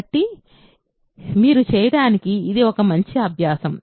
కాబట్టి మీరు చేయడానికి ఇది మంచి అభ్యాసం